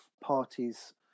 parties